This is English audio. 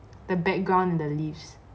the background and the leaves